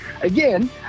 again